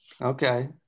Okay